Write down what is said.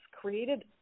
created